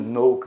no